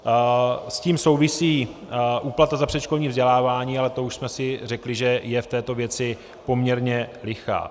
S tím souvisí úplata za předškolní vzdělávání, ale to už jsme si řekli, že je v této věci poměrně lichá.